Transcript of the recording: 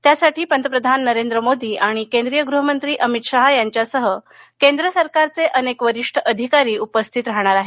त्यासाठी पंतप्रधान नरेंद्र मोदी आणि केंद्रीय गृहमंत्री अमित शहा यांच्यासह केंद्र सरकारचे अनेक वरिष्ठ अधिकारी उपस्थित राहणार आहेत